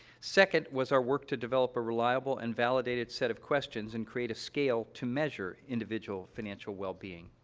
second was our work to develop a reliable and validated set of questions and create a scale to measure individual financial wellbeing.